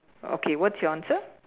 okay what's your answer